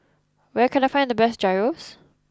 where can I find the best Gyros